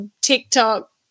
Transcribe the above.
tiktok